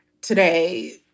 today